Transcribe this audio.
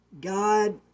God